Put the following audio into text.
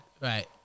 Right